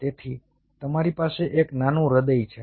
તેથી તમારી પાસે એક નાનું હૃદય છે